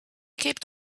kept